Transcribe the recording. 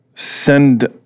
send